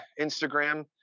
Instagram